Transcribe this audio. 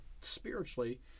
spiritually